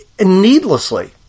needlessly